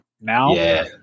now